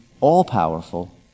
all-powerful